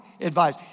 advice